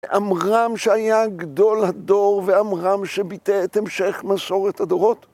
עמרם שהיה גדול הדור ועמרם שביטא את המשך מסורת הדורות.